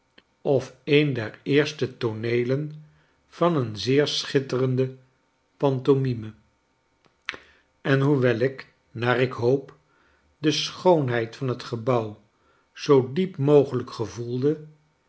of een der eerste tooneelen van een zeer schitterende pantomime en hoewel ik naar ik hoop de schoonheid van het gebouw zoo diep mogelijk gevoelde